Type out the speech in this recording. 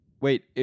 Wait